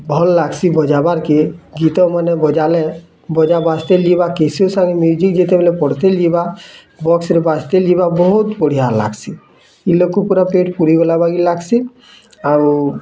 ଭଲ ଲାଗ୍ସି ବଜାବାର୍ କେ ଗୀତମାନେ ବଜାଲେ ବଜା ଯିବା କ୍ୟାସିଓ ସାଙ୍ଗେ ମ୍ୟୁଜିକ୍ ଯେତେବେଲେ ପଡ଼୍ତେ ଯିବା ବକ୍ସରେ ବାଜ୍ତେ ଯିବା ବହୁତ ବଢ଼ିଆ ଲାଗ୍ସି ଇ ଲୋକ ପୁରା ପେଟ ପୁରି ଗଲା ବାକି ଲାଗ୍ସି ଆଉ